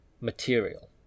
material